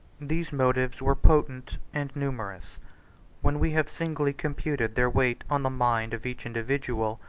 these motives were potent and numerous when we have singly computed their weight on the mind of each individual,